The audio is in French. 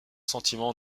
sentiments